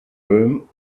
room